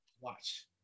Watch